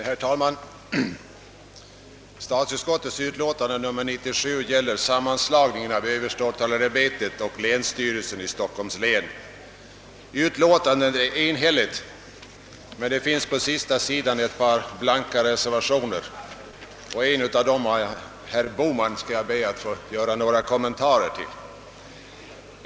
Herr talman! Statsutskottets utlåtande nr 97 gäller sammanslagningen av överståthållarämbetet och länsstyrelsen i Stockholms län, Utlåtandet är enhälligt, men det finns på sista sidan ett par blanka reservationer, och en av dem — av herr Bohman — skall jag be att få göra några kommentarer till.